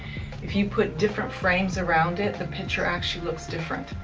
if you put different frames around it, the picture actually looks different.